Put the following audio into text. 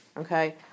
Okay